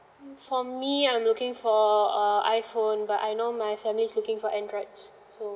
for me I'm looking for err iphone but I know my family is looking for android so